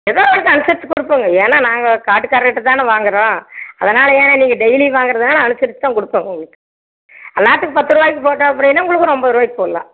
ஏதோ கொஞ்சம் அனுசரித்து கொடுப்போங்க ஏன்னா நாங்கள் காட்டுகாரர்கிட்டதான வாங்குறோம் அதனால் ஏன் நீங்கள் டெய்லி வாங்குறதினால அனுசரித்துதான் கொடுப்போம் உங்களுக்கு எல்லாத்துக்கும் பத்துரூபாய்க்கு போட்டோம் அப்படினா உங்களுக்கு ஒரு ஒம்போது ரூபாய்க்கு போடலாம்